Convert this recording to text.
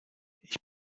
ich